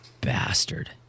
bastard